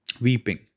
weeping